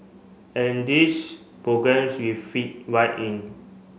and these programmes we fit right in